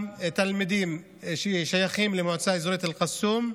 גם התלמידים ששייכים למועצה האזורית אל-קסום,